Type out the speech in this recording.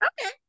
okay